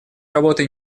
работой